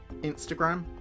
Instagram